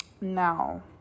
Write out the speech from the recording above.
Now